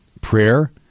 Prayer